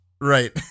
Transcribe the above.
Right